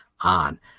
on